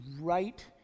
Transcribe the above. right